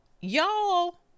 y'all